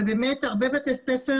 ובאמת הרבה בתי ספר